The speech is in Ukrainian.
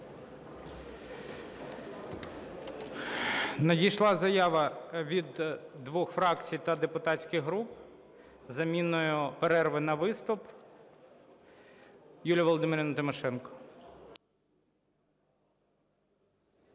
Надійшла заява від двох фракцій та депутатських груп із заміною перерви на виступ. Юлія Володимирівна Тимошенко.